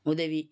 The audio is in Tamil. உதவி